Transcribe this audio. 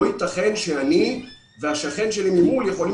לא יתכן שאני והשכן שלי ממול יכולים